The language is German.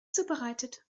zubereitet